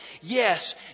yes